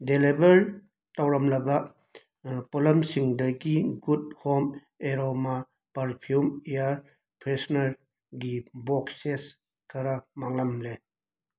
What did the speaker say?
deliver ꯇꯧꯔꯝꯂꯕ ꯄꯣꯠꯂꯝꯁꯤꯡꯗꯒꯤ good home aroma perfume air ꯐ꯭ꯔꯦꯁꯅꯔꯒꯤ ꯕꯣꯛꯁꯦꯁ ꯈꯔ ꯃꯥꯡꯂꯝꯂꯦ